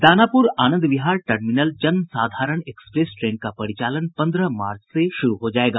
Danapur Anand Vihar terminal Jan Sadharan express train का परिचालन पंद्रह मार्च से शुरू हो जायेगा